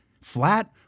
Flat